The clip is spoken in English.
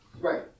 Right